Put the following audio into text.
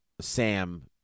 Sam